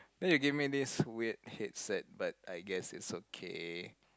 then they give me this weird headset but I guess it's okay